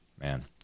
Man